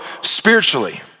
spiritually